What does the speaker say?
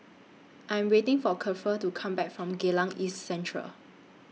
I'm waiting For Kiefer to Come Back from Geylang East Central